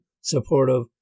supportive